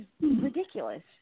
ridiculous